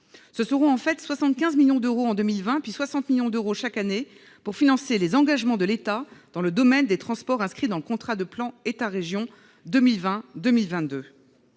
Ce seront en fait 75 millions d'euros en 2020, puis 60 millions d'euros les années suivantes qui serviront à financer les engagements de l'État dans le domaine des transports inscrits dans le contrat de plan État-région 2020-2022.